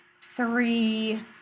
Three